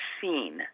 seen